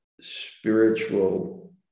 spiritual